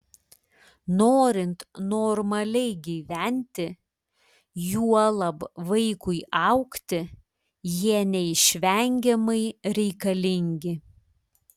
norint normaliai gyventi juolab vaikui augti jie neišvengiamai reikalingi